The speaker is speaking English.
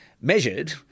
measured